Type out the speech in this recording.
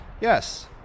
Yes